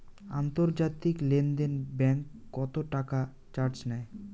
আন্তর্জাতিক লেনদেনে ব্যাংক কত টাকা চার্জ নেয়?